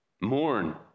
mourn